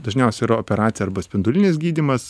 dažniausiai yra operacija arba spindulinis gydymas